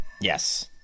Yes